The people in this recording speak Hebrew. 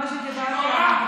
מה שדיברנו,